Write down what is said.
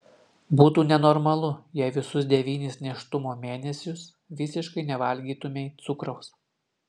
būtų nenormalu jei visus devynis nėštumo mėnesius visiškai nevalgytumei cukraus